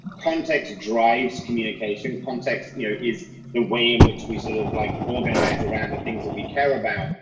context drives communication, context you know is the way in which we sort of like organize around the things that we care about.